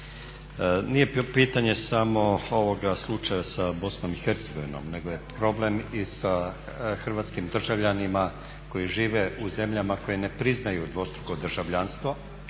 Nije pitanje samo ovoga slučaja sa Bosnom i Hercegovinom, nego je problem i sa hrvatskim državljanima koji žive u zemljama koje ne priznaju dvostruko državljanstvo.